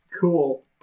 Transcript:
Cool